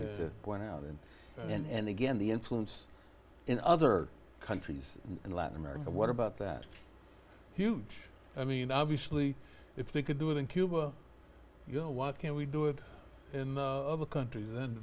you went out and and again the influence in other countries in latin america what about that huge i mean obviously if they could do it in cuba you know what can we do it in other countries in